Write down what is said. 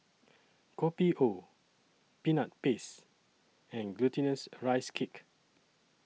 Kopi O Peanut Paste and Glutinous Rice Cake